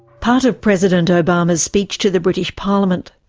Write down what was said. part of president obama's speech to the british parliament,